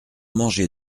manger